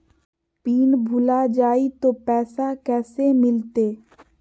Pin भूला जाई तो पैसा कैसे मिलते?